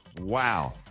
Wow